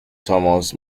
thomas